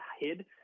hid